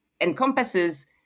encompasses